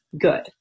good